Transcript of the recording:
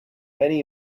many